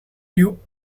you